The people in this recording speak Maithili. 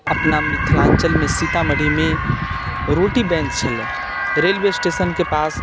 अपना मिथिलाञ्चलमे सीतामढ़ीमे रोटी बैँक छलै रेलवे स्टेशनके पास